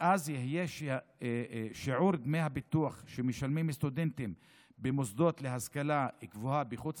ואז יהיה שיעור דמי הביטוח שמשלמים סטודנטים במוסדות להשכלה גבוהה בחוץ